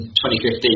2015